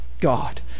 God